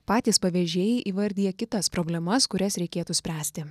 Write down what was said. patys pavežėjai įvardija kitas problemas kurias reikėtų spręsti